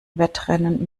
wettrennen